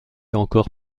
encore